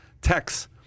texts